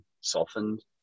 softened